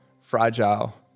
fragile